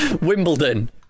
Wimbledon